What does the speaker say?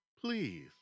please